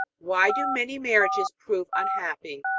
why do many marriages prove unhappy?